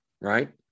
right